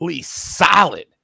solid